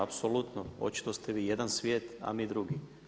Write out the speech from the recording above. Apsolutno, očito ste vi jedan svijet, a mi drugi.